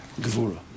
Gevura